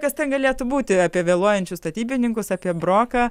kas ten galėtų būti apie vėluojančius statybininkus apie broką